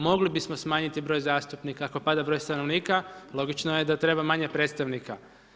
Mogli bismo smanjiti broj zastupnika kako pada broj stanovnika, logično je da treba manje predstavnika.